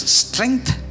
strength